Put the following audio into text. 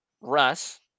Russ